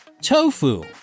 Tofu